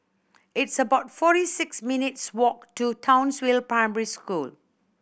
it's about forty six minutes' walk to Townsville Primary School